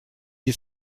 die